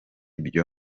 byo